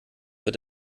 wird